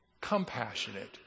compassionate